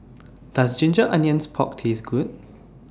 Does Ginger Onions Pork Taste Good